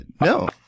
No